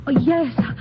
Yes